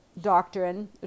doctrine